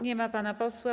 Nie ma pana posła.